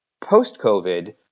Post-COVID